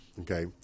okay